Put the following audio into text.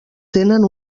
tenen